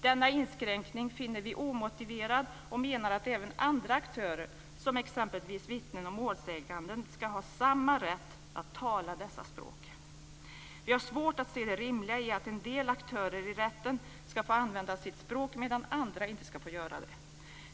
Denna inskränkning finner vi omotiverad och menar att även andra aktörer, som exempelvis vittnen och målsägande, ska ha samma rätt att tala dessa språk. Vi har svårt att se det rimliga i att en del aktörer i rätten ska få använda sitt språk medan andra inte ska få göra det.